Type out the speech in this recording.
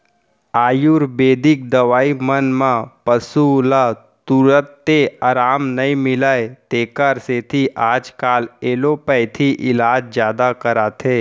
आयुरबेदिक दवई मन म पसु ल तुरते अराम नई मिलय तेकर सेती आजकाल एलोपैथी इलाज जादा कराथें